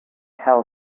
hell